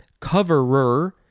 coverer